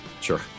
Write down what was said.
Sure